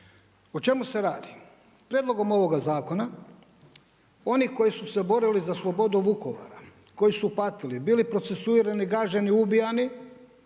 O čemu se radi? Prijedlogom ovog zakona oni koji su se borili za slobodu Vukovara, koji su patili bili procesuirani, gaženi, ubijani,